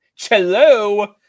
Hello